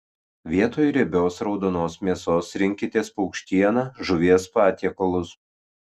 vietoj riebios raudonos mėsos rinkitės paukštieną žuvies patiekalus